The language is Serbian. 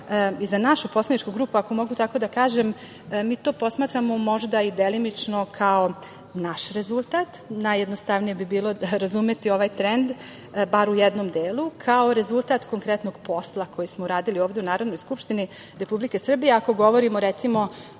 i za našu poslaničku grupu, ako mogu tako da kažem, mi to posmatramo možda i delimično kao naš rezultat, najjednostavnije bi bilo da razumete ovaj trend, bar u jednom delu, kao rezultat konkretnog posla koji smo radili ovde u Narodnoj skupštini Republike Srbije, ako govorimo, recimo